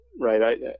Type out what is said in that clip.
right